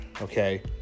okay